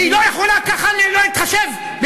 אתה לא יכול ככה לדבר ליושבת-ראש.